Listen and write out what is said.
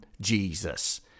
Jesus